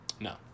No